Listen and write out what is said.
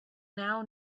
now